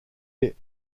est